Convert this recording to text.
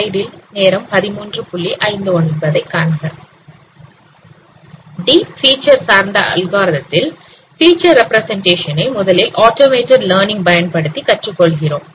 deep feature சார்ந்த அல்காரிதத்தில் feature representation ஐ முதலில் ஆட்டோமேட்டட் லர்ன்ங் பயன்படுத்தி கற்றுக் கொள்கிறோம்